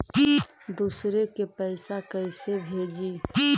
दुसरे के पैसा कैसे भेजी?